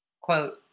Quote